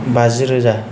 बाजिरोजा